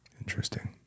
Interesting